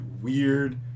weird